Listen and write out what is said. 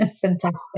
Fantastic